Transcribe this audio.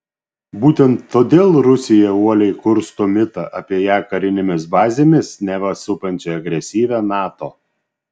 būtent todėl rusija uoliai kursto mitą apie ją karinėmis bazėmis neva supančią agresyvią nato